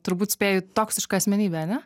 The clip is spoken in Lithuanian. turbūt spėju toksiška asmenybėane